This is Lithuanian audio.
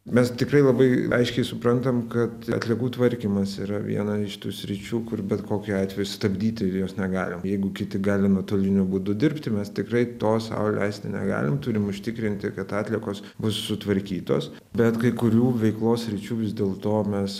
mes tikrai labai aiškiai suprantam kad atliekų tvarkymas yra viena iš tų sričių kur bet kokiu atveju stabdyti jos negalim jeigu kiti gali nuotoliniu būdu dirbti mes tikrai to sau leisti negalim turim užtikrinti kad atliekos bus sutvarkytos bet kai kurių veiklos sričių vis dėlto mes